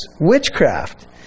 witchcraft